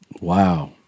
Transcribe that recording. Wow